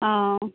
অঁ